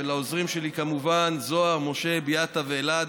לעוזרים שלי כמובן: זוהר, משה, ביאטה ואלעד.